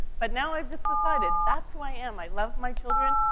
but now i've just decided that's who i am. i love my children.